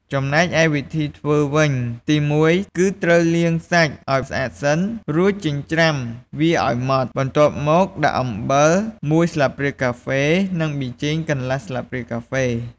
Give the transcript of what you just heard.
ចំណែកឯវិធីធ្វើវិញ ទី១គឺត្រូវលាងសាច់ឱ្យស្អាតសិន រួចចិញ្ជ្រាំវាឱ្យម៉ដ្ឋ បន្ទាប់មកដាក់អំបិលមួយស្លាបព្រាកាហ្វេ និង ប៊ីចេងកន្លះស្លាបព្រាកាហ្វេ។